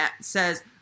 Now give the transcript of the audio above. says